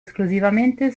esclusivamente